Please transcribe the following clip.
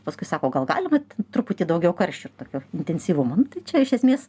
paskui sako gal galima truputį daugiau karščio tokio intensyvumo čia iš esmės